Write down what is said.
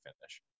finish